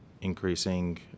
increasing